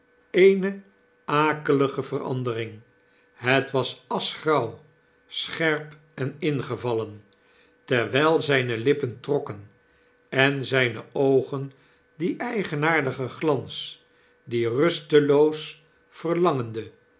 eene akelige verandering het was aschgrauw scherp en ingevallen terwyl zijne lippen trokken en zyne oogen dien eigenaardigen glans die rusteloos verlangende